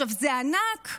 זה ענק,